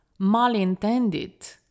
malintended